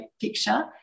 picture